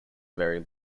very